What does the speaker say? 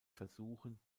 versuchen